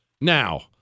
Now